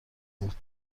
بود